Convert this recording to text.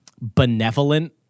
benevolent